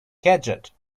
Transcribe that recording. gadget